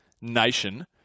nation